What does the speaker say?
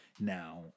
now